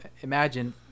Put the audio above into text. imagine